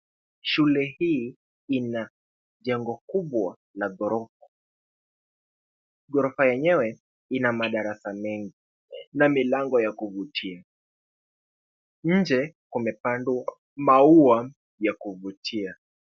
Shule hii ina jengo kubwa la ghorofa. Ghorofa yenyewe ina madarasa mengi na milango ya kuvutia. Nje kumepandwa maua ya kuvutia.